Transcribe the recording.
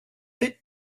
bit